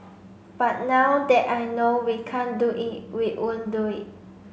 but now that I know we can't do it we won't do it